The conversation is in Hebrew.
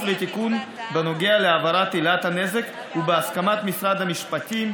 לתיקון בנוגע להבהרת עילת הנזק ובהסכמת משרד המשפטים,